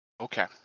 Okay